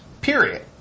Period